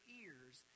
ears